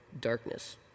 darkness